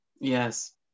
Yes